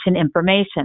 information